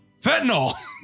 fentanyl